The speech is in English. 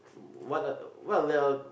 what are what are the